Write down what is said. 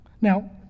Now